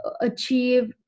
achieve